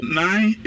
nine